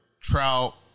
Trout